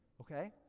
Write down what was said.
Okay